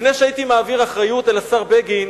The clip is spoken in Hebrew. לפני שהייתי מעביר אחריות אל השר בגין,